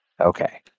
Okay